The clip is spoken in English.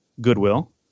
Goodwill